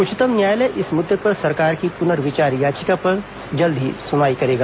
उच्चतम न्यायालय इस मुद्दे पर सरकार की पुनर्विचार याचिका पर जल्दी ही सुनवाई करेगा